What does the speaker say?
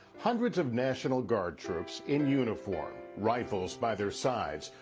hundreds of national guard troops in uniform, rifles by their sides,